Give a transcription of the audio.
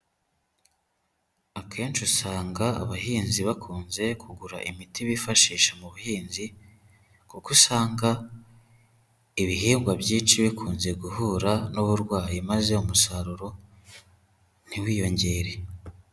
Akenshi usanga abahinzi bakunze kugura imiti bifashisha mu buhinzi, kuko usanga ibihingwa byinshi bikunze guhura n'uburwayi maze umusaruro ntiwiyongere.